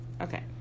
Okay